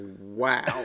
wow